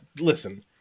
listen